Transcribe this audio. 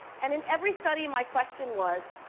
and in every study my question was,